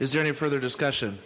is there any further discussion